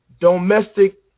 domestic